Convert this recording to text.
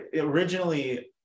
originally